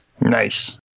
Nice